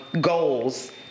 goals